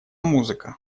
музыка